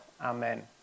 Amen